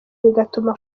bigatuma